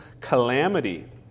calamity